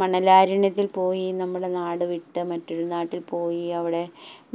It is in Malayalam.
മണലാരുണ്യത്തിൽ പോയി നമ്മുടെ നാട് വിട്ട് മറ്റൊരു നാട്ടിൽ പോയി അവിടെ